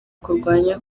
kurwanya